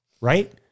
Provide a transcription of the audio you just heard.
right